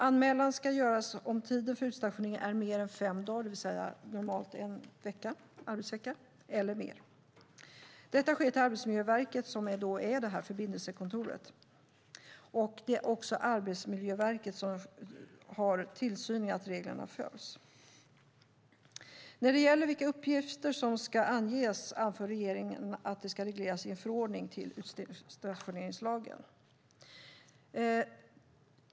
Anmälan ska göras om tiden för utstationering är fem dagar, det vill säga normalt en arbetsvecka, eller mer. Detta sker till Arbetsmiljöverket, som då är förbindelsekontor. Det är också Arbetsmiljöverket som har tillsyn över att reglerna följs. När det gäller vilka uppgifter som ska anges anför regeringen att det ska regleras i en förordning till utstationeringslagen.